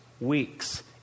weeks